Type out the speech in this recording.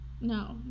No